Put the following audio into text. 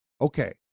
Okay